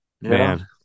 Man